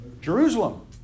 Jerusalem